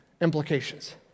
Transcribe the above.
implications